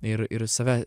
ir ir save